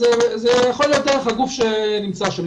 דרך הגוף שנמצא שם.